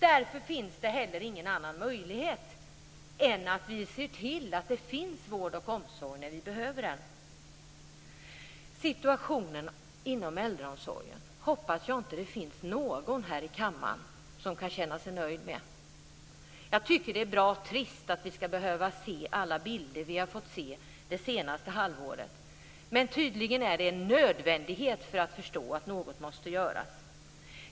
Därför finns det heller ingen annan möjlighet än att se till att det finns vård och omsorg när vi behöver den. Jag hoppas att det inte finns någon här i kammaren som känner sig nöjd med situationen inom äldreomsorgen. Jag tycker att det är bra trist att vi skall behöva se alla de bilder vi fått se det senaste halvåret. Men tydligen är det nödvändigt för att man skall förstå att något måste göras.